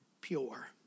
pure